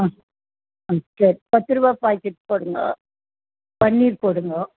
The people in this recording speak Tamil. ஆ சரி பத்து ரூபா பாக்கெட் போடுங்க பன்னீர் போடுங்க